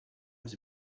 was